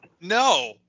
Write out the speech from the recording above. No